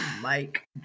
Mike